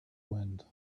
wind